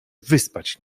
wyspać